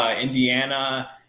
Indiana